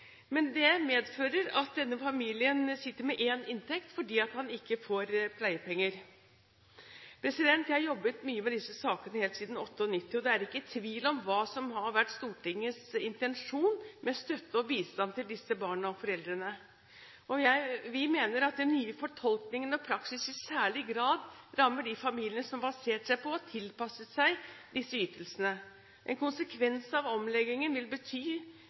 Men det medfører at denne familien sitter med én inntekt fordi han ikke får pleiepenger. Jeg har jobbet mye med disse sakene helt siden 1998. Det er ikke tvil om hva som har vært Stortingets intensjon med støtte og bistand til disse barna og foreldrene. Vi mener at den nye fortolkningen og praksisen i særlig grad rammer de familiene som har basert seg på og tilpasset seg disse ytelsene. En konsekvens av omleggingen vil bety